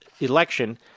election